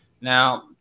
Now